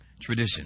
tradition